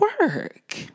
work